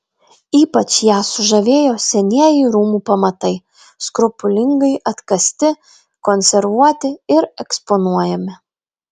ypač ją sužavėjo senieji rūmų pamatai skrupulingai atkasti konservuoti ir eksponuojami